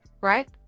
right